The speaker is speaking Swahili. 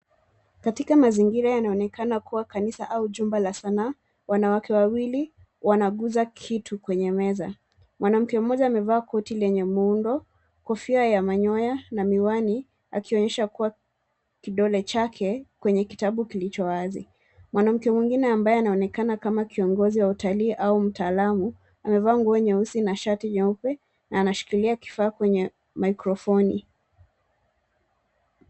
Katika mazingira yanaonekana kuwa kanisa au jumba la sanaa wanawake wawili wanaguza kitu kwenye meza. Mwanamke mmoja amevaa koti lenye muundo, kofia ya manyoya na miwani akionyesha kuwa kidole chake kwenye kitabu kilicho wazi. Mwanamke mwingine ambaye anaonekana kama kiongozi wa utalii au mtaalamu amevaa nguo nyeusi na shati nyeupe na anashikilia kifaa kwenye maikrofoni.